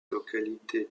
localité